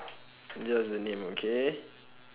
just the name okay